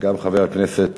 גם חבר הכנסת